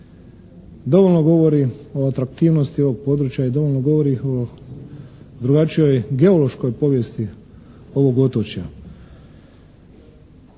dovoljno govori o atraktivnosti ovog područja, dovoljno govori o drugačijoj geološkoj povijesti ovog otočja.